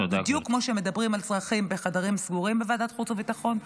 בדיוק כמו שמדברים על צרכים בחדרים סגורים בוועדת חוץ וביטחון,